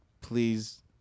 Please